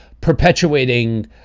perpetuating